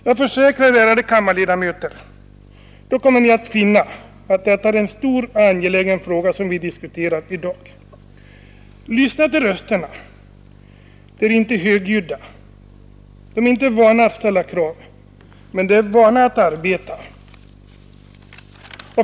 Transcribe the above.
Jag försäkrar, ärade kammarledamöter, att ni då kommer att finna att det är en stor och angelägen fråga som vi diskuterar i dag. Lyssna till rösterna! De är inte högljudda — dessa människor är inte vana att ställa krav, men de är vana att arbeta.